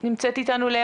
נמצאת איתנו?